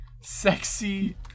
Sexy